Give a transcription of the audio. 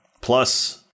plus